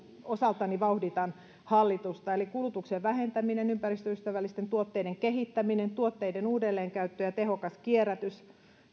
osaltani vauhditan hallitusta eli kulutuksen vähentäminen ympäristöystävällisten tuotteiden kehittäminen tuotteiden uudelleenkäyttö ja tehokas kierrätys